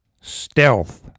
stealth